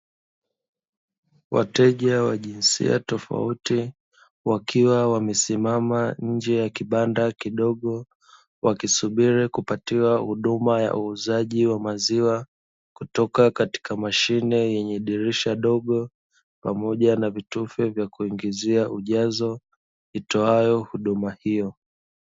Wateja wa jinsia tofauti wakiwa wamesimama nje ya kibanda kidogo wakisubiri kupatiwa huduma ya uuzaji wa maziwa kutoka katika mashine yenye dirisha dogo pamoja na vitufe vya kuingizia ujazo itoayo huduma hiyo.